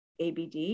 ABD